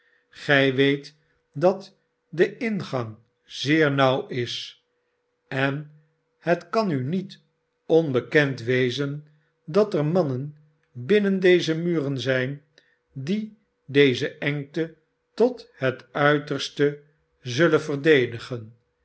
gij weet dat de ingang zeer nauw is en het kan u niet onbekend wezen dat er mannen binnen deze muren zijn die deze engte tot het uiterste zullen verdedigen